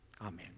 Amen